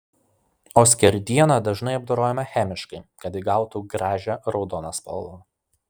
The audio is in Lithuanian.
o skerdiena dažnai apdorojama chemiškai kad įgautų gražią raudoną spalvą